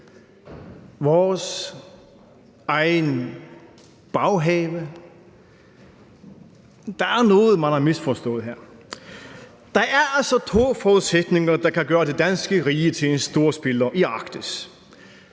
Vores egen baghave – der er noget, man har misforstået her. Der er altså to forudsætninger, der kan gøre det danske rige til en stor spiller i Arktis.